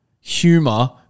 humor